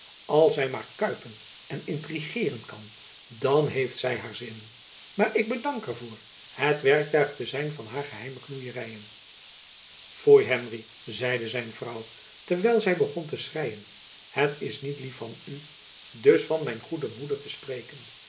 als zy maar kuipen en intrigeeren kan dan heeft zy haar zin maar ik bedank er voor het werktuig te zijn van haar geheime knoeieryen foei henry zeide zijn vrouw terwijl zy begon te schreien het is niet lief van u dus van mijn goede moeder te spreken